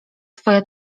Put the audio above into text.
twoja